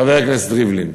לחבר הכנסת ריבלין,